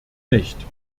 nicht